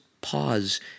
pause